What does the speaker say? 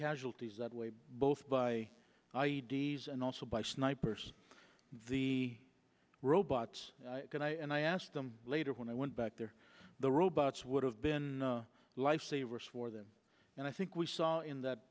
casualties that way both by i d s and also by snipers the robots and i asked them later when i went back there the robots would have been lifesavers for them and i think we saw in that